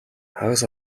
хагас